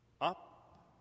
up